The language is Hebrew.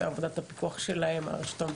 עבודת הפיקוח שלהם על הרשות המבצעת,